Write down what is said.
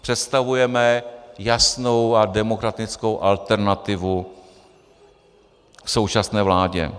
Představujeme jasnou a demokratickou alternativu k současné vládě.